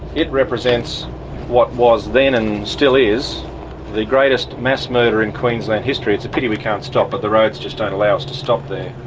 it represents what was then and still is the greatest mass murder in queensland history. it's a pity we can't stop, but the roads just don't allow us to stop there.